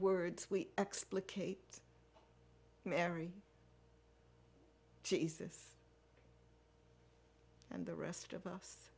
words we explicate mary jesus and the rest of us